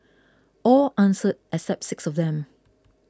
all answered except six of them